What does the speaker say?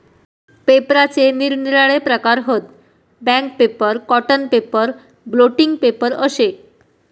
पेपराचे निरनिराळे प्रकार हत, bank paper, cotton paper, blotting paper अशे